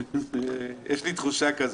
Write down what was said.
יש לי תחושה כזאת.